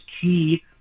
key